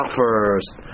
first